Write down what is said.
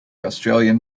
australian